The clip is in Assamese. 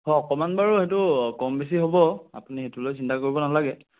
অ অকণমান বাৰু সেইটো কম বেছি হ'ব আপুনি সেইটো লৈ চিন্তা কৰিব নালাগে